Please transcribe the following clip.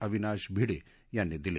अविनाश भिडे यांनी दिली